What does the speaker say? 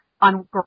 on